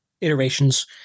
Iterations